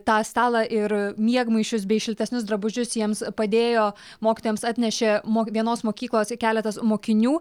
tą stalą ir miegmaišius bei šiltesnius drabužius jiems padėjo mokytojams atnešė mok vienos mokyklos keletas mokinių